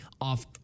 off